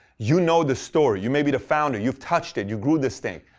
you know the story. you may be the founder. you've touched it. you grew this thing.